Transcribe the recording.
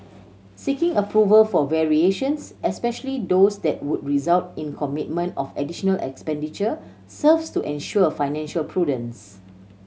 seeking approval for variations especially those that would result in commitment of additional expenditure serves to ensure financial prudence